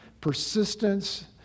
persistence